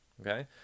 okay